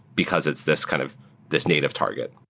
because it's this kind of this native target